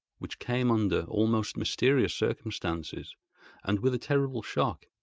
which came under almost mysterious circumstances and with a terrible shock.